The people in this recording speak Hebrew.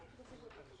בבקשה.